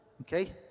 Okay